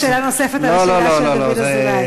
חשבתי שיש שאלה נוספת על השאלה של דוד אזולאי.